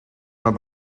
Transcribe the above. más